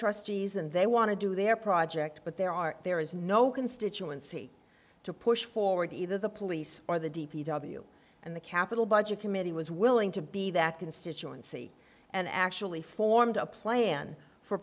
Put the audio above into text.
trustees and they want to do their project but there are there is no constituency to push forward either the police or the d p w and the capital budget committee was willing to be that constituency and actually formed a plan for